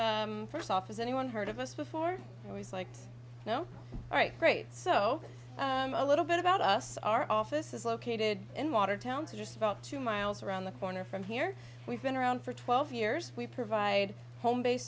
first off is anyone heard of us before always like to know right great so a little bit about us our office is located in watertown just about two miles around the corner from here we've been around for twelve years we provide home based